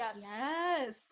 yes